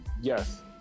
Yes